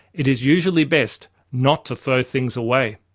it is usually best not to throw things away.